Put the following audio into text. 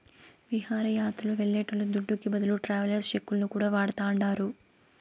విహారయాత్రలు వెళ్లేటోళ్ల దుడ్డుకి బదులు ట్రావెలర్స్ చెక్కులను కూడా వాడతాండారు